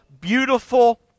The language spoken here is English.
Beautiful